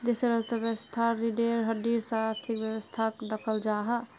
देशेर अर्थवैवास्थार रिढ़ेर हड्डीर सा आर्थिक वैवास्थाक दख़ल जाहा